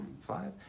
Five